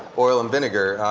oil and vinegar.